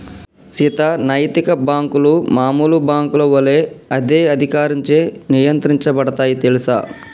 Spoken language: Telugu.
సీత నైతిక బాంకులు మామూలు బాంకుల ఒలే అదే అధికారంచే నియంత్రించబడుతాయి తెల్సా